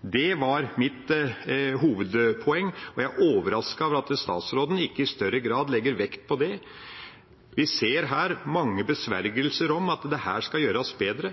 Det var mitt hovedpoeng, og jeg er overrasket over at statsråden ikke i større grad legger vekt på det. Vi ser her mange besvergelser om at dette skal gjøres bedre,